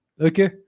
Okay